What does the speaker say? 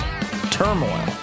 turmoil